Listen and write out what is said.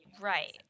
Right